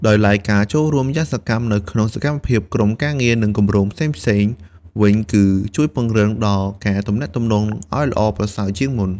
ដោយឡែកការចូលរួមយ៉ាងសកម្មនៅក្នុងសកម្មភាពក្រុមការងារ និងគម្រោងផ្សេងៗ វិញគឺជួយពង្រឹងដល់ការទំនាក់ទំនងឲ្យល្អប្រសើរជាងមុន។